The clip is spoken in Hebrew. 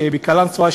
שיהיה בקלנסואה,